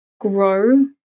grow